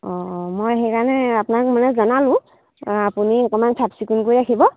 অঁ অঁ মই সেইকাৰণে আপোনাক মানে জনালোঁ আপুনি অকণমান চাফ চিকুণ কৰি ৰাখিব